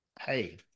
Hey